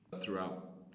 Throughout